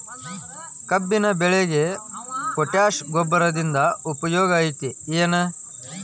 ಕಬ್ಬಿನ ಬೆಳೆಗೆ ಪೋಟ್ಯಾಶ ಗೊಬ್ಬರದಿಂದ ಉಪಯೋಗ ಐತಿ ಏನ್?